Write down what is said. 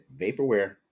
Vaporware